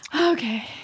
Okay